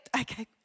okay